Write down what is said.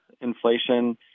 inflation